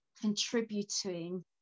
contributing